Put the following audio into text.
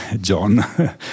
John